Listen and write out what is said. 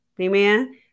Amen